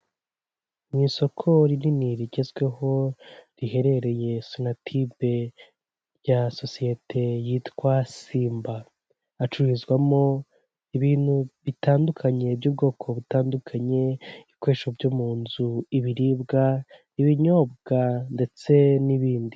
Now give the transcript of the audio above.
Mu isoko rinini rigezweho riherereye Sonatube rya sosiyete yitwa Simba, hacururizwamo ibintu bitandukanye by'ubwoko butandukanye ibikoresho byo mu nzu, ibiribwa, ibinyobwa ndetse n'ibindi.